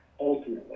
ultimately